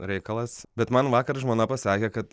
reikalas bet man vakar žmona pasakė kad